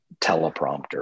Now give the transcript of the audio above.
teleprompter